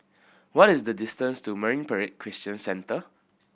what is the distance to Marine Parade Christian Centre